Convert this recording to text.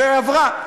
והיא עברה,